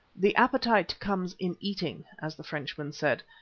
the appetite comes in eating, as the frenchman said,